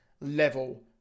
level